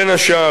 בין השאר,